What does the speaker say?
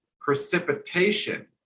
precipitation